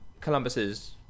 Columbus's